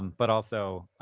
but also,